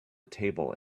table